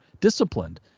disciplined